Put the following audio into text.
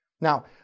Now